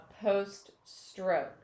post-stroke